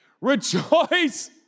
Rejoice